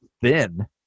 thin